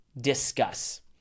Discuss